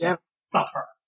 suffer